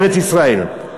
בארץ-ישראל,